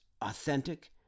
authentic